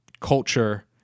culture